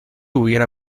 hubiera